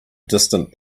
distant